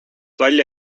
välja